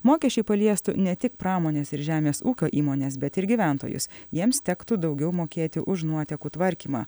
mokesčiai paliestų ne tik pramonės ir žemės ūkio įmones bet ir gyventojus jiems tektų daugiau mokėti už nuotekų tvarkymą